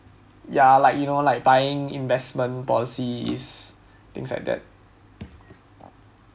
ya like you know like buying investment policies things like that